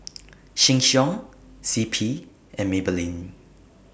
Sheng Siong C P and Maybelline